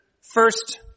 first